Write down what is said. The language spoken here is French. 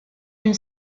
une